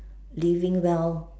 living well